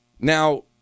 Now